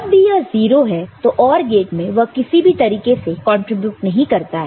जब भी यह 0 है तो OR गेट में वह किसी भी तरीके से कंट्रीब्यूट नहीं करता है